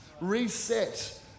reset